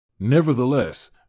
Nevertheless